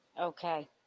Okay